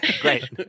Great